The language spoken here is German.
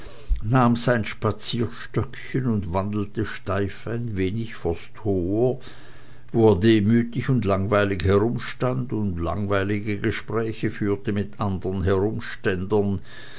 nahm sein spazierstöckchen und wandelte steif ein wenig vors tor wo er demütig und langweilig herumstand und langweilige gespräche führte mit andern herumständern